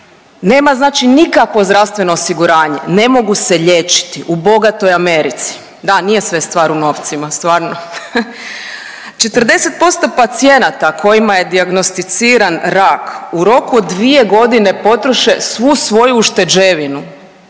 Nema znači nikakvo zdravstveno osiguranje, ne mogu se liječiti u bogatoj Americi. Da, nije sve stvar u novcima stvarno. 40% pacijenata kojima je dijagnosticiran rak u roku od dvije godine potroše svu svoju ušteđevinu,